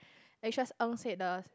lecturers Ng said the